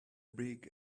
big